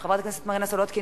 של חברת הכנסת מרינה סולודקין,